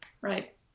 Right